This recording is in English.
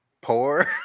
poor